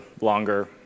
longer